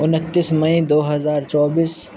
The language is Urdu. انتیس مئی دو ہزار چوبیس